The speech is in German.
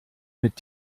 mit